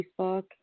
Facebook